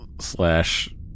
Slash